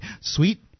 Sweet